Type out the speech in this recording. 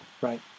right